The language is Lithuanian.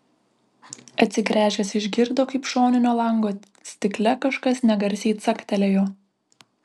atsigręžęs išgirdo kaip šoninio lango stikle kažkas negarsiai caktelėjo